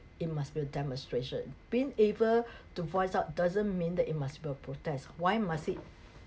it must be a demonstration being able to voice out doesn't mean that it must be a protest why must it